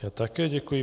Já také děkuji.